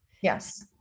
Yes